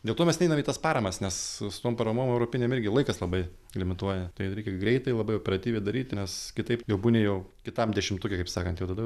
dėl to mes neinam į tas paramas nes su tom paramom europinėm irgi laikas labai limituoja tai reikia greitai labai operatyviai daryti nes kitaip jau būni jau kitam dešimtuke kaip sakant jau tada